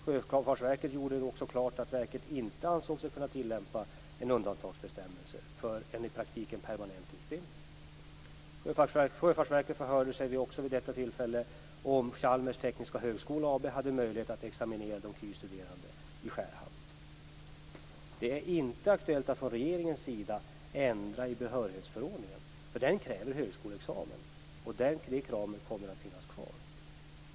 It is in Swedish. Sjöfartsverket gjorde också klart att verket inte ansåg sig kunna tillämpa en undantagsbestämmelse för en i praktiken permanent utbildning. Sjöfartsverket förhörde sig även vid detta möte om Chalmers tekniska högskola hade möjlighet att examinera de KY-studerande i Skärhamn. Det är inte aktuellt från regeringens sida att ändra i behörighetsförordningen. Den kräver ju högskoleexamen, och det kravet kommer att finnas kvar.